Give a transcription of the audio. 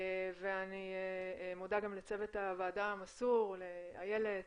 ואני מודה גם לצוות הוועדה המסור: איילת,